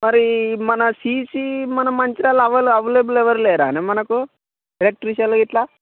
మరి మన C C మంచిర్యాలలో ఎవరు అవైలబుల్ ఎవరు లేరానే మనకు ఎలక్ట్రీషన్లు ఇట్ల